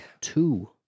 Two